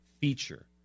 feature